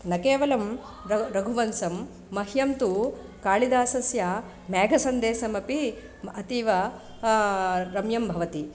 न केवलं र रघुवंशः मह्यं तु कालिदासस्य मेघसन्देशमपि मम अतीव रम्यं भवति